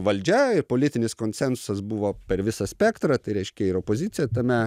valdžia ir politinis konsensusas buvo per visą spektrą tai reiškia ir opozicija tame